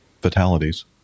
fatalities